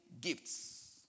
gifts